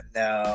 no